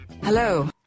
Hello